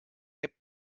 app